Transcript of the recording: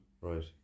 Right